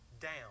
down